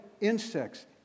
insects